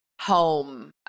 home